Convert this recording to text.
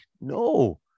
No